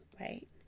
right